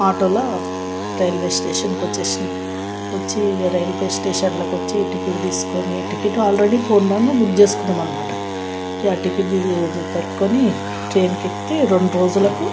ఆటోలో రైల్వే స్టేషన్కి వచ్చేనాం వచ్చి ఇగ రైల్వే స్టేషన్లోకి వచ్చి టికెట్ తీసుకొని టికెట్ ఆల్రెడీ ఫోన్లోనే బుక్ చేసుకున్నాం అన్నమాట ఇగ ఆ టికెట్ అది పట్టుకొని ట్రైన్కు ఎక్కితే రెండు రోజులకు